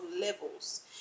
levels